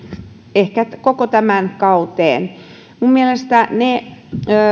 ehkä koko tähän kauteen mielestäni ne